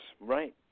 right